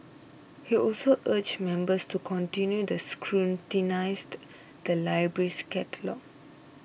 he also urged members to continue the scrutinised the library's catalogues